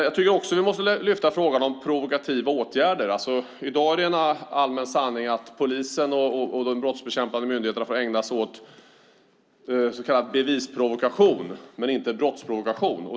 Jag tycker också att vi måste lyfta frågan om provokativa åtgärder. I dag är det en allmän sanning att polisen och de brottsbekämpande myndigheterna får ägna sig åt så kallad bevisprovokation men inte åt brottsprovokation.